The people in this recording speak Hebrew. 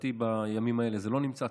לדעתי בימים האלה זה לא נמצא,